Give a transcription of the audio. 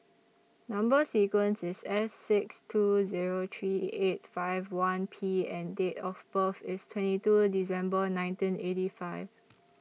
Number sequence IS S six two Zero three eight five one P and Date of birth IS twenty two December nineteen eighty five